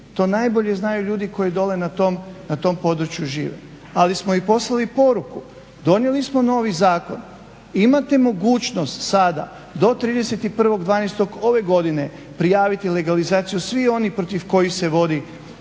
To najbolje znaju ljudi koji dolje na tom području žive ali smo i poslali poruku, donijeli smo novi zakon, imate mogućnost sada do 31.12.ove godine prijaviti legalizaciju svih onih protiv kojih se vodi postupak